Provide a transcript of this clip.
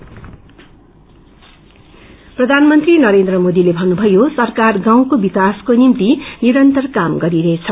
PM प्रधानमन्त्री नरेन्द्र मोदीले भन्नुभये सरकार गाउँको विकासको निम्ति निरन्तर क्रम गरिरहेछ